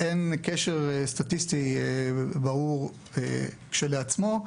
אין קשר סטטיסטי ברור כשלעצמו,